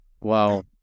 Wow